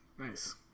Nice